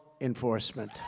enforcement